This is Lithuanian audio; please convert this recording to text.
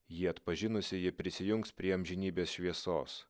jį atpažinusi ji prisijungs prie amžinybės šviesos